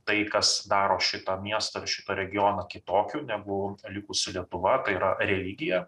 tai kas daro šitą miestą ir šitą regioną kitokiu nebuvo likusi lietuva tai yra religija